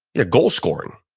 their goal scoring,